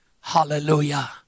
Hallelujah